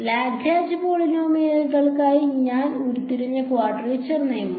Lagrange പോളിനോമിയലുകൾക്കായി ഞാൻ ഉരുത്തിരിഞ്ഞ ക്വാഡ്രേച്ചർ നിയമം